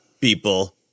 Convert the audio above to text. people